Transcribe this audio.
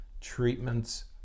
treatments